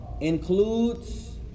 includes